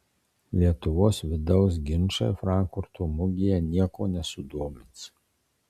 lietuvos vidaus ginčai frankfurto mugėje nieko nesudomins